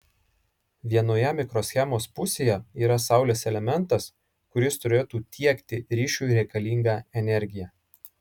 vienoje mikroschemos pusėje yra saulės elementas kuris turėtų tiekti ryšiui reikalingą energiją